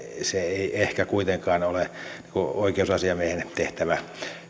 se ei ehkä kuitenkaan ole oikeusasiamiehen tehtävä